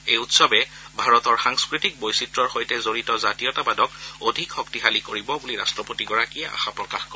এই উৎসৱে ভাৰতৰ সাংস্কৃতিক বৈচিত্ৰ্যৰ সৈতে জড়িত জাতীয়তাবাদক অধিক শক্তিশালী কৰিব বুলি ৰাট্টপতিগৰাকীয়ে আশা প্ৰকাশ কৰে